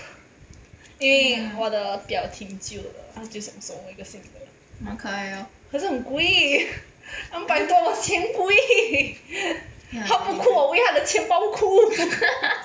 因为我的表挺久了他就想送我一个新的可是很贵 两百多 !wah! 贵 他不哭我为他的钱包哭